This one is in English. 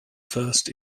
first